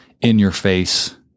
in-your-face